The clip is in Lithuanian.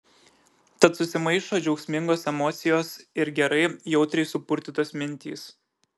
tad susimaišo džiaugsmingos emocijos ir gerai jautriai supurtytos mintys